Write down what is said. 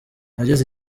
nageze